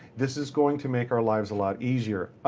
this is going to make our lives a lot easier.